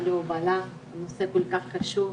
הנושא כל כך חשוב,